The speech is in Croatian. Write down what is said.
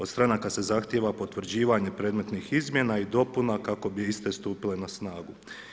Od stranaka se zahtjeva potvrđivanje predmetnih izmjena i dopuna kako bi iste stupile na snagu.